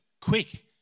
Quick